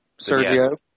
Sergio